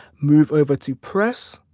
move over to press.